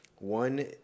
One